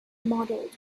modelled